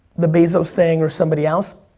the bezos thing or somebody else.